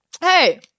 Hey